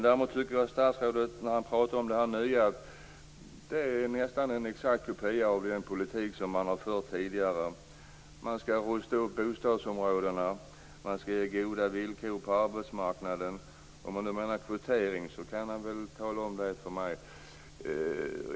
Jag tycker att när statsrådet talar om det nya är det nästan en exakt kopia av den politik man har fört tidigare. Man skall rusta upp bostadsområden och ge goda villkor på arbetsmarknaden. Om statsrådet menar kvotering kan han väl tala om det för mig.